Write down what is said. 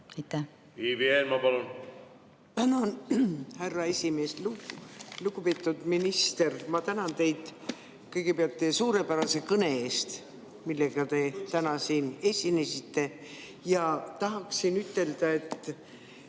Ivi Eenmaa, palun! Tänan, härra esimees! Lugupeetud minister! Ma tänan teid kõigepealt teie suurepärase kõne eest, millega te täna siin esinesite. Tahaksin ka ütelda, et